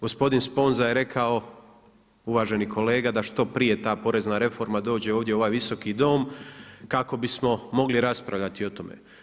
Gospodin Sponza je rekao, uvaženi kolega, da što prije ta porezna reforma dođe ovdje u ovaj Visoki dom kako bismo mogli raspravljati o tome.